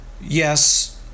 Yes